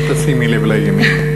אל תשימי לב לימין.